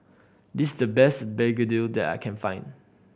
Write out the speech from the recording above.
this the best begedil that I can find